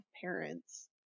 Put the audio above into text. parents